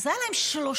אז היו להם שלוש